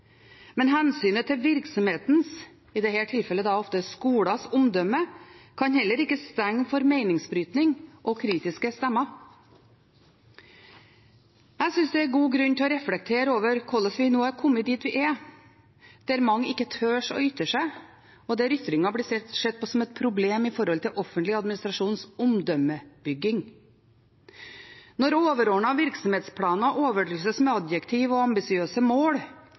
men hensynet til virksomheten, i dette tilfellet ofte skolens omdømme, kan heller ikke stenge for meningsbrytning og kritiske stemmer. Jeg synes det er god grunn til å reflektere over hvordan vi er kommet dit vi nå er, der mange ikke tør å ytre seg, og der ytringer blir sett på som et problem for offentlig administrasjons omdømmebygging. Når overordnede virksomhetsplaner overdrysses med adjektiv og ambisiøse mål,